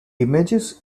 images